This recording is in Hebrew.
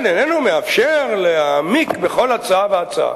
ואכן איננו מאפשר להעמיק בכל הצעה והצעה.